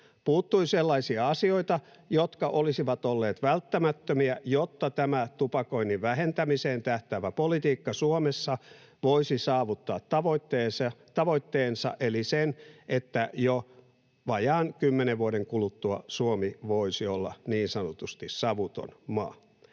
Puuttui sellaisia asioita, jotka olisivat olleet välttämättömiä, jotta tämä tupakoinnin vähentämiseen tähtäävä politiikka Suomessa voisi saavuttaa tavoitteensa eli sen, että jo vajaan kymmenen vuoden kuluttua Suomi voisi olla niin sanotusti savuton maa.